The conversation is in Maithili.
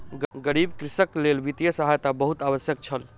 गरीब कृषकक लेल वित्तीय सहायता बहुत आवश्यक छल